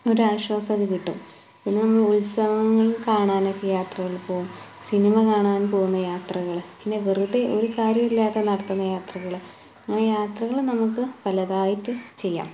ഒരു ആശ്വാസമൊക്കെ കിട്ടും പിന്നെ ഉത്സവങ്ങൾ കാണാനൊക്കെ യാത്രകൾ പോവും സിനിമ കാണാൻ പോകുന്ന യാത്രകൾ പിന്നെ വെറുതെ ഒരു കാര്യവുമില്ലാതെ നടത്തുന്ന യാത്രകൾ അങ്ങനെ യാത്രകൾ നമുക്ക് പലതായിട്ട് ചെയ്യാം